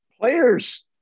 Players